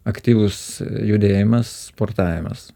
aktyvus judėjimas sportavimas